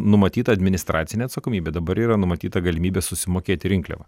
numatyta administracinė atsakomybė dabar yra numatyta galimybė susimokėti rinkliavą